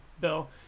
Bill